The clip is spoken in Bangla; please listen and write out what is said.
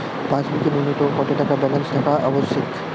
পাসবুকে ন্যুনতম কত টাকা ব্যালেন্স থাকা আবশ্যিক?